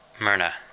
Myrna